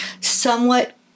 somewhat